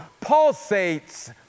pulsates